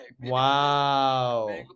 wow